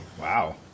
Wow